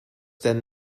then